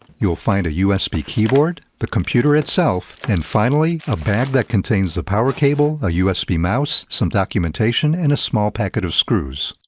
you'll find a usb keyboard, the computer itself, and finally, a bag that contains the power cable, a usb mouse, some documentation and a small packet of screws.